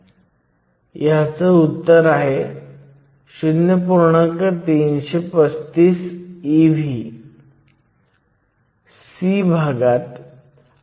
आपल्याकडे p बाजूपासून n बाजूकडे जाणारी होल्स आहेत आणि तेथे ते मायनॉरिटी कॅरियर्स आहेत